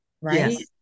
right